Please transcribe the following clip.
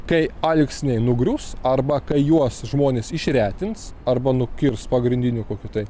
kai alksniai nugrius arba kai juos žmonės išretins arba nukirs pagrindiniu kokiu tai